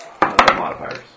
modifiers